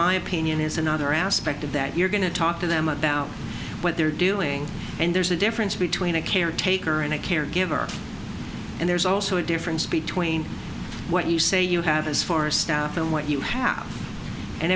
my opinion is another aspect of that you're going to talk to them about what they're doing and there's a difference between a caretaker and a caregiver and there's also a difference between what you say you have as far as staff and what you have and